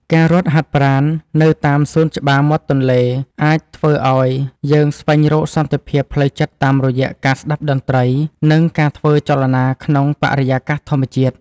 ការរត់ហាត់ប្រាណនៅតាមសួនច្បារមាត់ទន្លេ អាចធ្វើឲ្យយើងស្វែងរកសន្តិភាពផ្លូវចិត្តតាមរយៈការស្ដាប់តន្ត្រី និងការធ្វើចលនាក្នុងបរិយាកាសធម្មជាតិ។